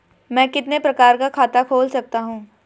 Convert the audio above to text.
मैं कितने प्रकार का खाता खोल सकता हूँ?